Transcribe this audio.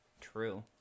True